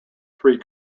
three